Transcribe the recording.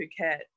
Phuket